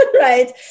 right